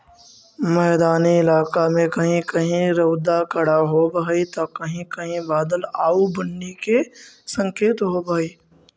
मैदानी इलाका में कहीं कहीं रउदा कड़ा होब हई त कहीं कहीं बादल आउ बुन्नी के संकेत होब हई